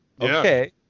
okay